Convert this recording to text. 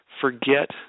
forget